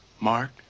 Mark